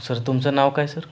sir तुमचं नाव काय सर